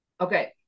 Okay